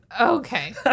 Okay